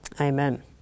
amen